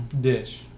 Dish